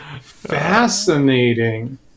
Fascinating